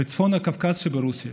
בצפון הקווקז שברוסיה